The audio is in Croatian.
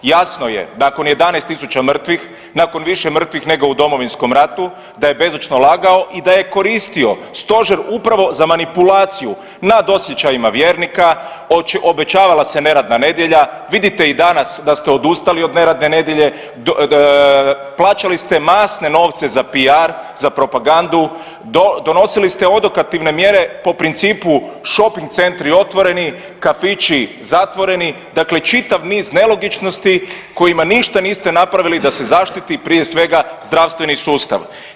Jasno je nakon 11.000 mrtvih, nakon više mrtvih nego u Domovinskom ratu da je bezočno lagao i da je koristio stožer upravo za manipulaciju nad osjećajima vjernika, obećavala se neradna nedjelja, vidite i danas da ste odustali od neradne nedjelje, plaćali ste masne novce za PR za propagandu, donosili ste odokativne mjere po principu šoping centri otvoreni, kafići zatvoreni, dakle čitav niz nelogičnosti kojima ništa niste napravili da se zaštiti prije svega zdravstveni sustav.